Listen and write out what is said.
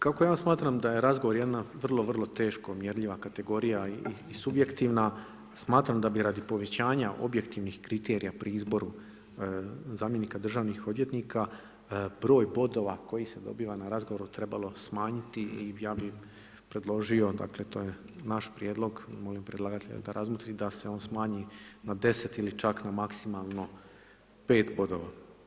Kako ja smatram da je razgovor jedna vrlo, vrlo teško mjerljiva kategorija i subjektivna, smatram da bi radi povećanja objektivnih kriterija pri izboru zamjenika državnih odvjetnika broj bodova koji se dobiva na razgovoru trebalo smanjiti i ja bih predložio dakle, to je naš prijedlog i molim predlagatelja da razmotri da se on smanji na 10 ili čak na maksimalno 5 bodova.